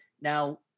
Now